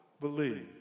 believe